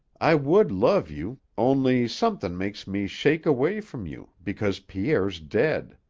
i would love you, only somethin' makes me shake away from you because pierre's dead.